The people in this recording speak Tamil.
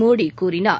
மோடி கூறினார்